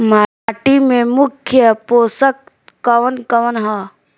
माटी में मुख्य पोषक कवन कवन ह?